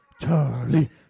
Charlie